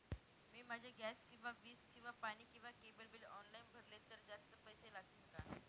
मी माझे गॅस किंवा वीज किंवा पाणी किंवा केबल बिल ऑनलाईन भरले तर जास्त पैसे लागतील का?